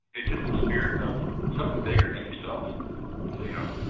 it's just a spirit of something bigger than yourself you know